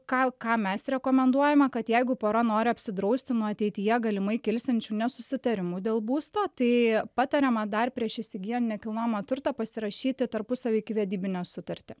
ką ką mes rekomenduojame kad jeigu pora nori apsidrausti nuo ateityje galimai kilsiančių nesusitarimų dėl būsto tai patariama dar prieš įsigyjant nekilnojamą turtą pasirašyti tarpusavio ikivedybinę sutartį